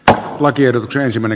tähän lakiehdotukseen syvänä